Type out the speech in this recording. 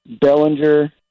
Bellinger